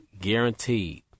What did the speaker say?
guaranteed